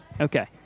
Okay